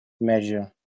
measure